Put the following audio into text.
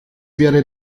wäre